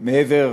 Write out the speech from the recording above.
מעבר